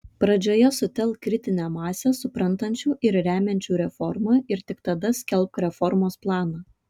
pradžioje sutelk kritinę masę suprantančių ir remiančių reformą ir tik tada skelbk reformos planą